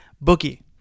bookie